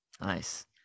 nice